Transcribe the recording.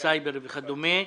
הסייבר וכדומה,